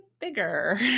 bigger